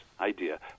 idea